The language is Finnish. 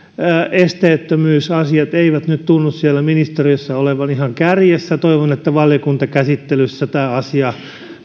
esteettömyysasiat eivät nyt tunnu siellä ministeriössä olevan ihan kärjessä toivon että valiokuntakäsittelyssä tämä asia